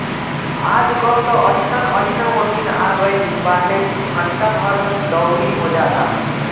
आज कल त अइसन अइसन मशीन आगईल बाटे की घंटा भर में दवरी हो जाता